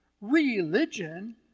Religion